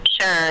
Sure